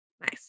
Nice